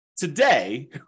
Today